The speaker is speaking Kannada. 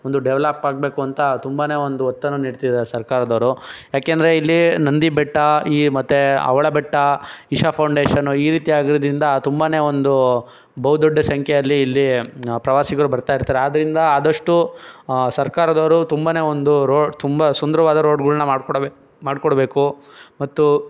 ಒಂದು ಡೆವಲಪ್ ಆಗಬೇಕು ಅಂತ ತುಂಬಾ ಒಂದು ಒತ್ತನ್ನು ನೀಡ್ತಿದ್ದಾರೆ ಸರ್ಕಾರದವರು ಯಾಕೆಂದರೆ ಇಲ್ಲಿ ನಂದಿ ಬೆಟ್ಟ ಈ ಮತ್ತು ಆವಳ ಬೆಟ್ಟ ಇಶಾ ಫೌಂಡೇಶನ್ನು ಈ ರೀತಿಯಾಗಿರೋದ್ರಿಂದ ತುಂಬಾ ಒಂದು ಬಹು ದೊಡ್ಡ ಸಂಖ್ಯೆಯಲ್ಲಿ ಇಲ್ಲಿ ಪ್ರವಾಸಿಗರು ಬರ್ತಾ ಇರ್ತಾರೆ ಆದ್ದರಿಂದ ಆದಷ್ಟು ಸರ್ಕಾರದವರು ತುಂಬ ಒಂದು ರೋಡ್ ತುಂಬ ಸುಂದರವಾದ ರೋಡ್ಗಳ್ನ ಮಾಡ್ಕೊಡ್ಬೆ ಮಾಡ್ಕೊಡ್ಬೇಕು ಮತ್ತು